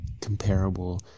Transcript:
comparable